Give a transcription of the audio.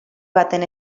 baten